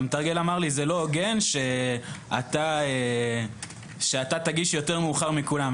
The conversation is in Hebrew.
והמתרגל אמר לי: זה לא הוגן שאתה תגיש יותר מאוחר מכולם.